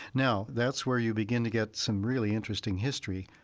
now, that's where you begin to get some really interesting history.